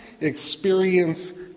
experience